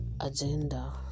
agenda